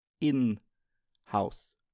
in-house